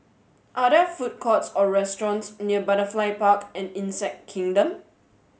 are there food courts or restaurants near Butterfly Park and Insect Kingdom